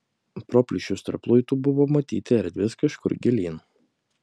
pro plyšius tarp luitų buvo matyti erdvės kažkur gilyn